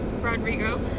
Rodrigo